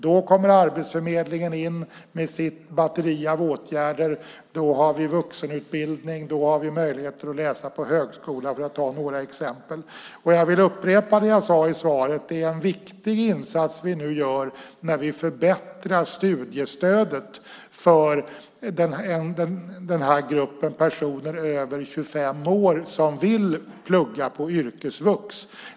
Då kommer Arbetsförmedlingen in med sitt batteri av åtgärder, det finns vuxenutbildning och möjligheter att läsa på högskola, för att ta några exempel. Jag vill upprepa det jag sade i svaret: Det är en viktig insats vi nu gör när vi förbättrar studiestödet för personer över 25 år som vill plugga på yrkesvux.